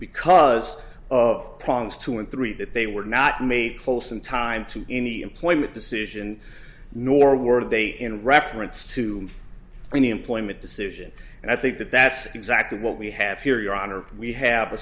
because of problems two and three that they were not made close in time to any employment decision nor were they in reference to any employment decision and i think that that's exactly what we have here your honor we have a